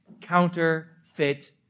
counterfeit